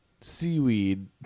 seaweed